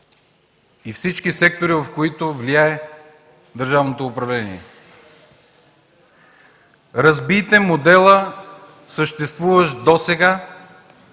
и всички сектори, в които влияе държавното управление. Разбийте модела, съществуващ досега,